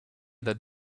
that